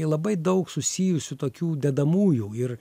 labai daug susijusių tokių dedamųjų ir